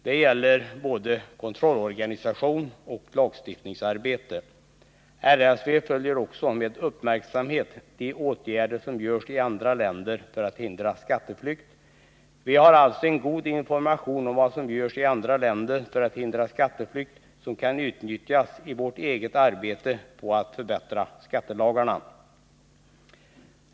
Det gäller både kontrollorganisation och lagstiftningsarbete. RSV följer också med uppmärksamhet de åtgärder som görs i andra länder för att hindra skatteflykt. Vi har alltså en god information om vad som görs i andra länder för att hindra skatteflykt och som kan utnyttjas i vårt eget arbete på att förbättra skattelagarna.